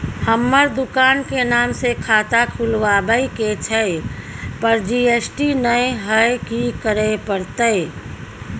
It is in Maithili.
हमर दुकान के नाम से खाता खुलवाबै के छै पर जी.एस.टी नय हय कि करे परतै?